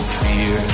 fear